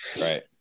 Right